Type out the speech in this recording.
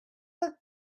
with